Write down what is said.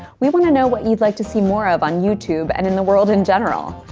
we want to know what you'd like to see more of on youtube and in the world in general.